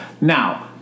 Now